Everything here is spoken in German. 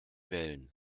wellen